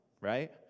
right